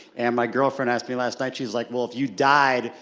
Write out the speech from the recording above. and my girlfriend asked me last night, she's like, well, if you died,